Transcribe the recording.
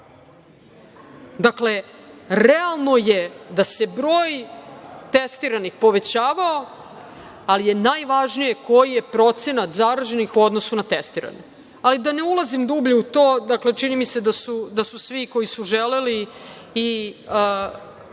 Dakle, realno je da se broj testiranih povećavao, ali je najvažnije koji je procenat zaraženih u odnosu na testirane. Da ne ulazim dublje u to, čini mi se da su svi koji su želeli i